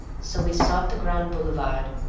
so we sought the grand boulevard,